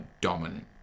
dominant